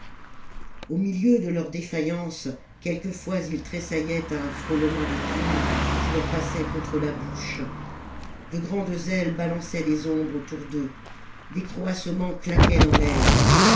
au milieu de leur défaillance quelquefois ils tressaillaient à un frôlement de plumes qui leur passait contre la bouche de grandes ailes balançaient des ombres autour d'eux des croassements claquaient dans l'air